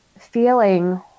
feeling